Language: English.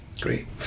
Great